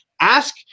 ask